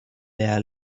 their